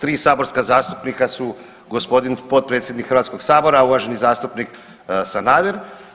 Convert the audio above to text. Tri saborska zastupnika su gospodin potpredsjednik Hrvatskog Sabora, uvaženi zastupnik Sanader.